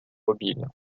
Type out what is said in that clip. mobile